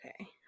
okay